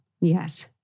Yes